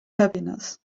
happiness